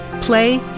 play